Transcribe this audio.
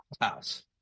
house